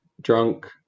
Drunk